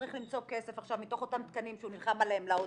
צריך למצוא כסף עכשיו מתוך אותם תקנים שהוא נלחם עליהם לאוטיסטים,